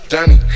Danny